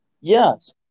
Yes